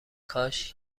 کاش